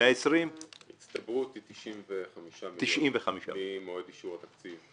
ההצטברות היא 95 מיליון ממועד אישור התקציב.